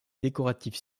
décoratif